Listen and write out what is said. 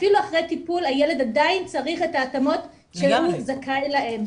אפילו אחרי טיפול הילד עדיין צריך את ההתאמות שהוא זכאי להן.